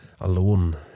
alone